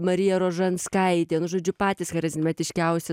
marija rožanskaitė nu žodžiu patys charizmatiškiausi